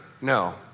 No